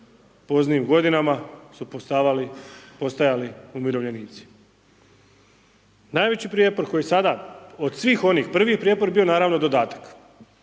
poznim godinama su postajali umirovljenici. Najveći prijepor koji sada od svih onih, prvi je prijepor bio naravno dodatak,